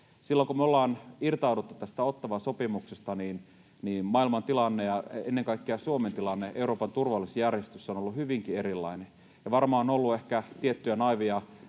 Silloin kun me ollaan liitytty tähän Ottawan sopimukseen, maailmantilanne ja ennen kaikkea Suomen tilanne, Euroopan turvallisuusjärjestys ovat olleet hyvinkin erilaiset, ja varmaan on ollut ehkä tiettyjä naiiveja